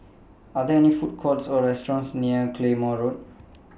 Are There any Food Courts Or restaurants near Claymore Road